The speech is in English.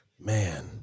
man